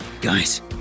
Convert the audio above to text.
Guys